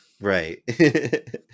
Right